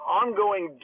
ongoing